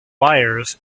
wires